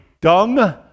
dung